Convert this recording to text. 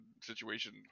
situation